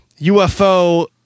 UFO